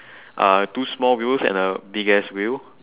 uh two small wheels and a big ass wheel